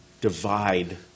divide